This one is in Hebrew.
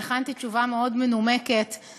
אני הכנתי תשובה מנומקת מאוד.